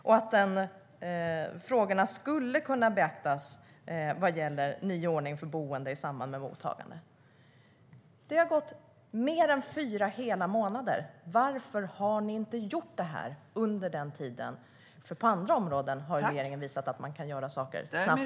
Och frågorna skulle kunna beaktas vad gäller en ny ordning för boende i samband med mottagandet. Det har gått mer än fyra hela månader. Varför har ni inte gjort det här under den tiden? På andra områden har regeringen visat att man kan göra saker snabbt.